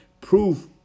proof